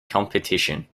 competition